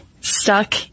stuck